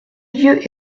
lieu